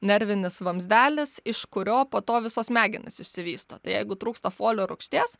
nervinis vamzdelis iš kurio po to visos smegenys išsivysto tai jeigu trūksta folio rūgšties